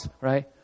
right